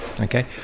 okay